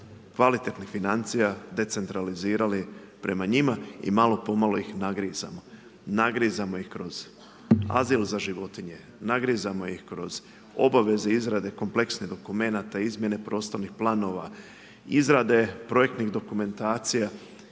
kvalitetnih financija decentralizirali prema njima i malo po malo ih nagrazima. Nagrizamo ih kroz azil za životinje, nagrizamo ih kroz obaveze izrade kompleksnih dokumenata, izmjene prostornih planova, izrade projektnih dokumentacija